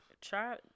Try